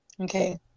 Okay